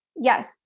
Yes